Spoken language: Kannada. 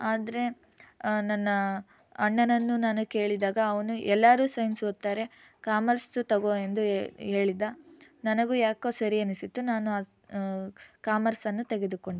ಆದರೆ ನನ್ನ ಅಣ್ಣನನ್ನು ನಾನು ಕೇಳಿದಾಗ ಅವನು ಎಲ್ಲರೂ ಸೈನ್ಸ್ ಓದ್ತಾರೆ ಕಾಮರ್ಸ್ ತಗೋ ಎಂದು ಹೇಳ್ ಹೇಳಿದ ನನಗೂ ಯಾಕೋ ಸರಿ ಅನಿಸಿತು ನಾನು ಆ ಸೈ ಕಾಮರ್ಸನ್ನು ತೆಗೆದುಕೊಂಡೆ